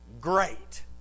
great